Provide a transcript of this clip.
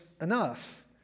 enough